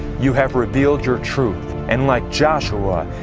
you have revealed your truth and like joshua,